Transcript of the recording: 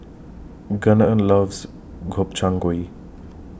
Gunnar loves Gobchang Gui